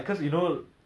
do you live near there